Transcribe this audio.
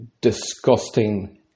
disgusting